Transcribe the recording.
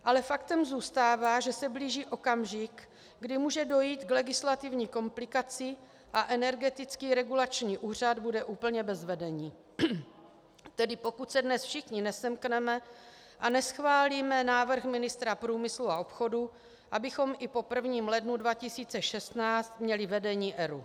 Ale faktem zůstává, že se blíží okamžik, kdy může dojít k legislativní komplikaci a Energetický regulační úřad bude úplně bez vedení, tedy pokud se dnes všichni nesemkneme a neschválíme návrh ministra průmyslu a obchodu, abychom i po 1. lednu 2016 měli vedení ERÚ.